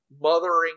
mothering